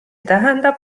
tähendab